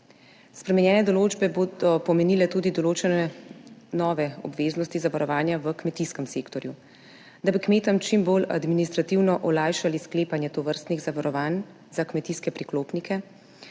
Spremenjene določbe bodo pomenile tudi določene nove obveznosti zavarovanja v kmetijskem sektorju, da bi kmetom čim bolj administrativno olajšali sklepanje tovrstnih zavarovanj za kmetijske priklopnike.